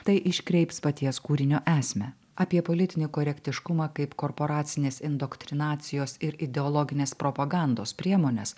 tai iškreips paties kūrinio esmę apie politinį korektiškumą kaip korporacinės indoktrinacijos ir ideologinės propagandos priemones